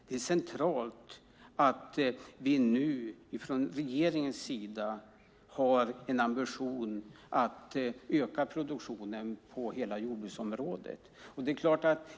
Det är centralt att vi nu från regeringens sida har en ambition att öka produktionen på hela jordbruksområdet.